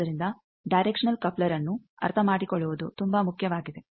ಆದ್ದರಿಂದ directional coupler ಅನ್ನು ಅರ್ಥಮಾಡಿಕೊಳ್ಳುವುದು ತುಂಬಾ ಮುಖ್ಯವಾಗಿದೆ